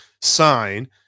sign